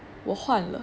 我换了